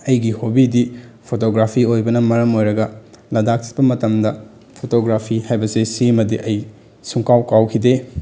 ꯑꯩꯒꯤ ꯍꯣꯕꯤꯗꯤ ꯐꯣꯇꯣꯒ꯭ꯔꯥꯐꯤ ꯑꯣꯏꯕꯅ ꯃꯔꯝ ꯑꯣꯏꯔꯒ ꯂꯗꯥꯛ ꯆꯠꯄ ꯃꯇꯝꯗ ꯐꯣꯇꯣꯒ꯭ꯔꯥꯐꯤ ꯍꯥꯏꯕꯁꯦ ꯁꯤꯃꯗꯤ ꯑꯩ ꯁꯨꯡꯀꯥꯎ ꯀꯥꯎꯈꯤꯗꯦ